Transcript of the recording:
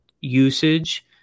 usage